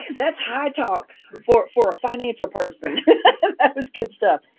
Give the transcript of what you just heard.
that's high talk for for financial person. that was good stuff.